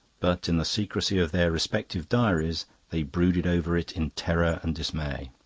but in the secrecy of their respective diaries they brooded over it in terror and dismay.